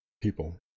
people